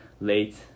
late